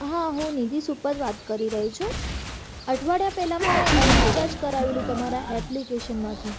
હા હું નિધિ સુપલ વાત કરી રહી છું અઠવાડિયા પહેલાં મેં રિચાર્જ કરાવેલું તમારા એપ્લિકેશનમાંથી